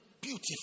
Beautiful